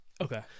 okay